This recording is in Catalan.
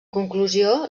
conclusió